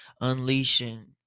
unleashing